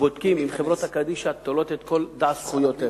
בודקים אם החברות קדישא תולות את "דע זכויותיך".